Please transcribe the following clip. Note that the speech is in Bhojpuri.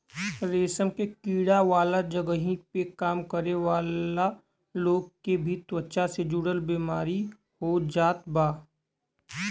रेशम के कीड़ा वाला जगही पे काम करे वाला लोग के भी त्वचा से जुड़ल बेमारी हो जात बा